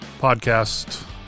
podcast